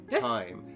time